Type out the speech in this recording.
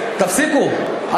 תפסיקו,